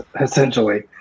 essentially